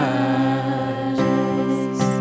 eyes